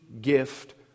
gift